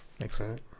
Excellent